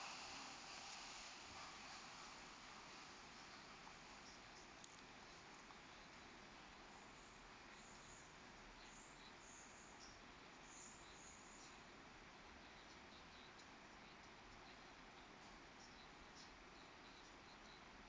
uh